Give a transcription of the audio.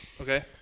Okay